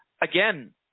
again